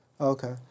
Okay